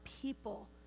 people